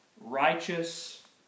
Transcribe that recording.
righteous